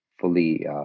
fully